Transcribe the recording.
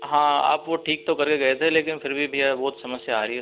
हाँ आप वो ठीक तो करके गए थे लेकिन फिर भी भैया बहुत समस्या आ रही है उसमें